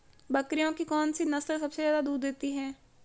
बकरियों की कौन सी नस्ल सबसे ज्यादा दूध देती है?